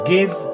Give